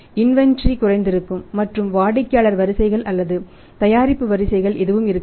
inventory குறைந்திருக்கும் மற்றும் வாடிக்கையாளர் வரிசைகள் அல்லது தயாரிப்பு வரிசைகள் எதுவும் இருக்காது